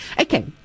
Okay